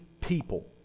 people